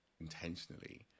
intentionally